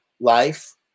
life